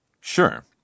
Sure